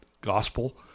gospel